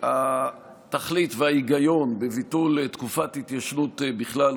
התכלית וההיגיון בביטול תקופת התיישנות בכלל,